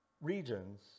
regions